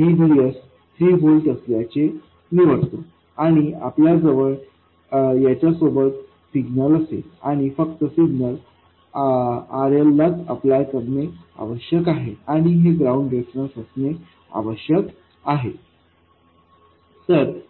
VDS 3 volt असल्याचे निवडतो आणि आपल्याजवळ याच्यासोबत सिग्नल असेल आणि फक्त सिग्नल RLलाच अफ्लाय करणे आवश्यक आहे आणि हे ग्राउंड रेफरन्स असणे आवश्यक आहे